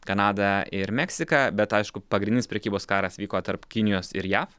kanadą ir meksiką bet aišku pagrindinis prekybos karas vyko tarp kinijos ir jav